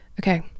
okay